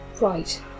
right